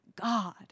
God